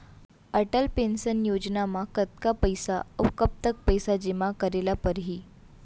Atal pension योजना म कतका पइसा, अऊ कब तक पइसा जेमा करे ल परही?